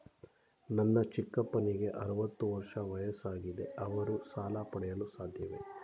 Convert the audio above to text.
ನನ್ನ ಚಿಕ್ಕಪ್ಪನಿಗೆ ಅರವತ್ತು ವರ್ಷ ವಯಸ್ಸಾಗಿದೆ ಅವರು ಸಾಲ ಪಡೆಯಲು ಸಾಧ್ಯವೇ?